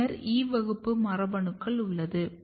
பின்னர் E வகுப்பு மரபணுக்கள் உள்ளது